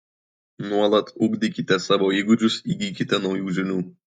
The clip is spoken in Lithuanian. nuolat ugdykite savo įgūdžius įgykite naujų žinių